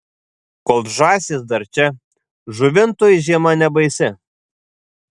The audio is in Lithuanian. kol žąsys dar čia žuvintui žiema nebaisi